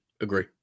agree